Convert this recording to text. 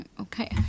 Okay